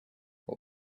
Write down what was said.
what